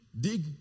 dig